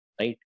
right